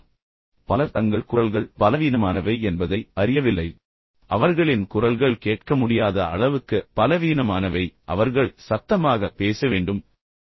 ஆனால் மறுபுறம் பலர் தங்கள் குரல்கள் பலவீனமானவை என்பதை அறியவில்லை அவர்களின் குரல்கள் பலவீனமானவை அவர்களின் குரல்கள் கேட்க முடியாத அளவுக்கு பலவீனமானவை அவர்கள் சத்தமாக பேச வேண்டும் அவர்கள் பயிற்சி செய்ய வேண்டும்